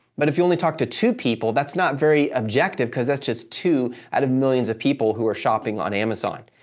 but if you only talk to two people, that's not very objective, cause that's just two out of millions of people who are shopping on amazon.